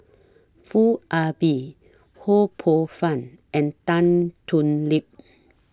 Foo Ah Bee Ho Poh Fun and Tan Thoon Lip